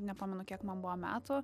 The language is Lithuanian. nepamenu kiek man buvo metų